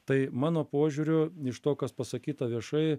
tai mano požiūriu iš to kas pasakyta viešai